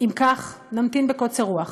אם כך, נמתין בקוצר רוח.